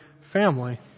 family